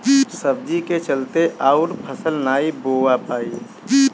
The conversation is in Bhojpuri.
सब्जी के चलते अउर फसल नाइ बोवा पाई